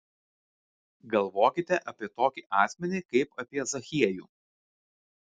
galvokite apie tokį asmenį kaip apie zachiejų